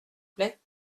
plait